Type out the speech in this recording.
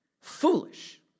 foolish